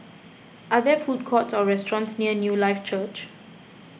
are there food courts or restaurants near Newlife Church